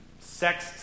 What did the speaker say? sex